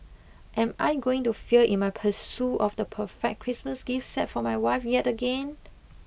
am I going to fail in my pursuit of the perfect Christmas gift set for my wife yet again